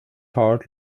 hard